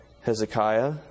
Hezekiah